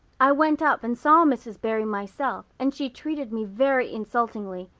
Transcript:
i went up and saw mrs. barry myself and she treated me very insultingly.